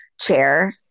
chair